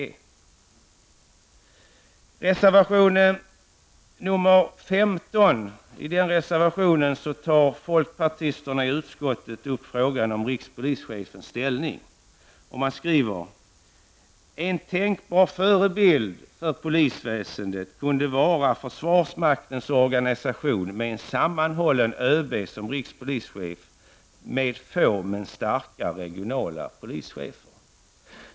I reservation nr 15 tar folkpartisterna i utskottet upp frågan om rikspolischefens ställning. Man skriver följande angående polisväsendet: ''En tänkbar förebild kunde vara försvarsmaktens organisation med en sammanhållande ÖB som rikspolischef med få men starka regionala polischefer.''